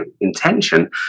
intention